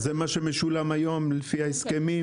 זה מה שמשולם היום לפי ההסכמים?